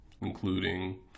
including